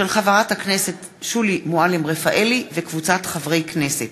מאת חברי הכנסת